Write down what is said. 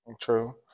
true